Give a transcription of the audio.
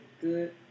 good